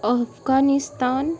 Afghanistan